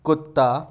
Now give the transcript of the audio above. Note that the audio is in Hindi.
कुत्ता